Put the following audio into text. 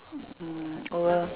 mm